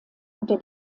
unter